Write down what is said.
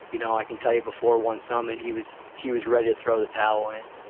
you know i can tell you before one summit he was he was ready to throw the towel in.